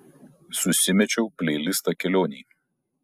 susimečiau pleilistą kelionei